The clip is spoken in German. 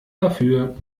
dafür